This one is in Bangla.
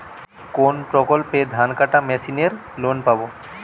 কোন প্রকল্পে ধানকাটা মেশিনের লোন পাব?